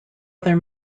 other